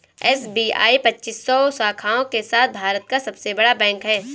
SBI पच्चीस सौ शाखाओं के साथ भारत का सबसे बड़ा बैंक है